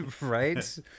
right